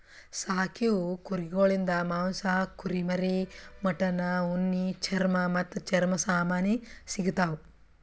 ಸಾಕೀವು ಕುರಿಗೊಳಿಂದ್ ಮಾಂಸ, ಕುರಿಮರಿ, ಮಟನ್, ಉಣ್ಣಿ, ಚರ್ಮ ಮತ್ತ್ ಚರ್ಮ ಸಾಮಾನಿ ಸಿಗತಾವ್